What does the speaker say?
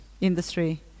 industry